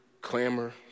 clamor